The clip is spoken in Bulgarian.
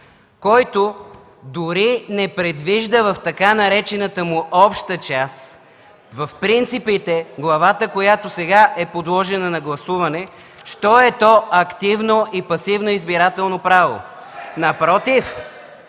който дори не предвижда в така наречената му „Обща част”, в принципите – главата, която сега е подложена на гласуване, що е то „активно” и „пасивно избирателно право”!